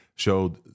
showed